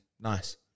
Nice